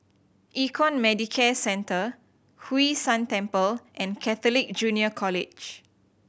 Econ Medicare Centre Hwee San Temple and Catholic Junior College